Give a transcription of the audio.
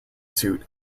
suit